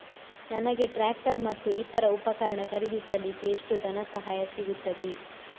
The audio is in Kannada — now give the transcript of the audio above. ನನಗೆ ಟ್ರ್ಯಾಕ್ಟರ್ ಮತ್ತು ಇತರ ಉಪಕರಣ ಖರೀದಿಸಲಿಕ್ಕೆ ಎಷ್ಟು ಧನಸಹಾಯ ಸಿಗುತ್ತದೆ?